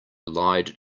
lied